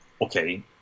Okay